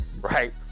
right